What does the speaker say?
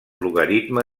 logaritme